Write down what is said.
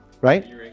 right